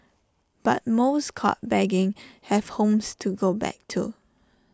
but most caught begging have homes to go back to